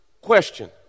question